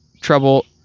trouble